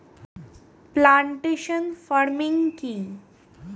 Plantation farming কি?